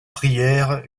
prières